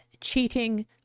cheating